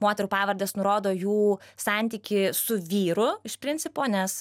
moterų pavardės nurodo jų santykį su vyru iš principo nes